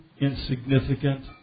insignificant